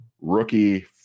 rookie